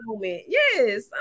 yes